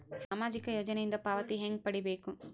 ಸಾಮಾಜಿಕ ಯೋಜನಿಯಿಂದ ಪಾವತಿ ಹೆಂಗ್ ಪಡಿಬೇಕು?